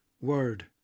word